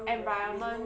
environment